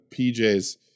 PJ's